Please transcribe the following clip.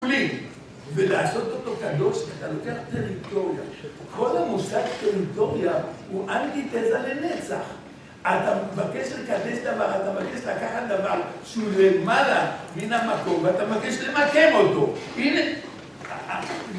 ולעשות אותו קדוש אתה לוקח טריטוריה, כל המושג טריטוריה הוא אנטיטזה לנצח, אתה מבקש לקדוש דבר, אתה מבקש לקחת דבר שהוא למעלה מן המקום, ואתה מבקש למקם אותו